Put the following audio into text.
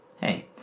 Hey